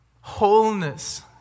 Wholeness